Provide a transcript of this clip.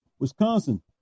Wisconsin